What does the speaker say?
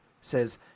says